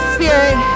Spirit